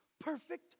perfect